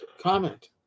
comment